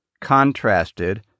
contrasted